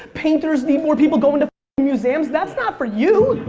painters need more people going to museums. that's not for you.